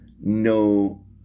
no